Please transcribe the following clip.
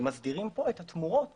ומסדירים פה את התמורות